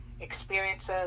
experiences